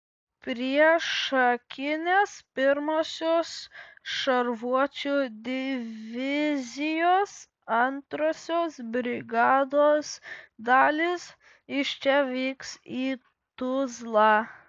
priešakinės pirmosios šarvuočių divizijos antrosios brigados dalys iš čia vyks į tuzlą